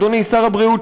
אדוני שר הבריאות,